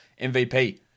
MVP